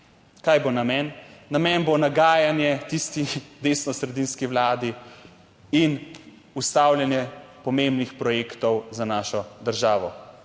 kaj bo namen? Namen bo nagajanje tistih v desnosredinski Vladi in ustavljanje pomembnih projektov za našo državo,